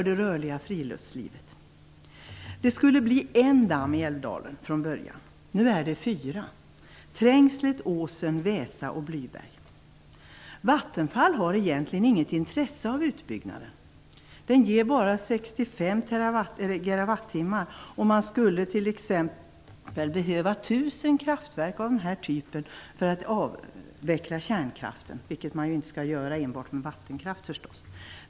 Det skulle från början bli en damm i Älvdalen. Nu är de fyra: Trängslet, Åsen, Väsa och Blyberg. Vattenfall har egentligen inget intresse av utbyggnaden. Den ger bara 65 GWh. Det skulle behövas 1 000 kraftverk av den här typen för att avveckla kärnkraften, vilket ju förstås inte skall göras enbart genom vattenkraft.